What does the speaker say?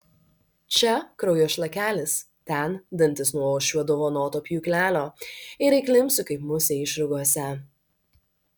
čia kraujo šlakelis ten dantis nuo uošvio dovanoto pjūklelio ir įklimpsiu kaip musė išrūgose